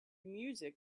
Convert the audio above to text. music